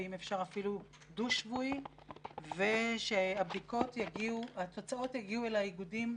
ואם אפשר אפילו דו-שבועי ושהתוצאות יגיעו אל האיגודים,